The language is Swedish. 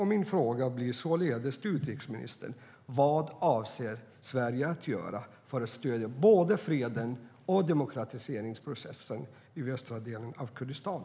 Min fråga till utrikesministern blir således: Vad avser Sverige att göra för att stödja både freden och demokratiseringsprocessen i västra delen av Kurdistan?